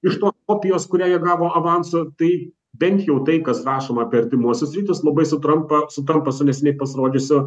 iš to kopijos kurią jie gavo avansu tai bent jau tai kas rašoma apie artimuosius rytus labai sutrampa sutampa su neseniai pasirodžiusiu